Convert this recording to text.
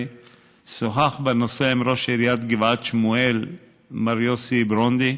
שוחח בנושא עם ראש עיריית גבעת שמואל מר יוסי ברודני,